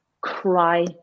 cry